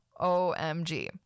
OMG